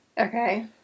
Okay